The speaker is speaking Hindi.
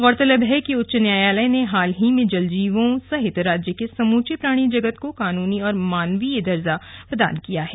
गौरतलब है कि उच्च न्यायालय ने हाल ही में जलजीवों सहित राज्य के समूचे प्राणी जगत को कानूनी और मानवीय दर्जा प्रदान किया है